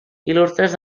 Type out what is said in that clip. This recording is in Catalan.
il·lustres